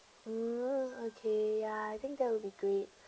mm okay ya I think that will be great